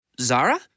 Zara